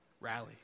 rally